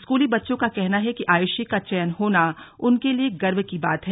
स्कूली बच्चों का कहना है कि आयुपी का चयन होना उनके लिए गर्व की बात है